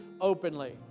openly